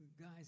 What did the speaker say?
guys